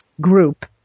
group